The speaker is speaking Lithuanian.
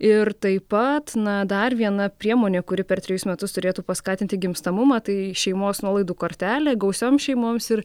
ir taip pat na dar viena priemonė kuri per trejus metus turėtų paskatinti gimstamumą tai šeimos nuolaidų kortelė gausioms šeimoms ir